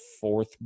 fourth